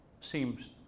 seems